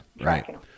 right